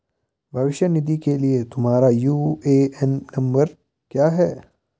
भविष्य निधि के लिए तुम्हारा यू.ए.एन नंबर क्या है?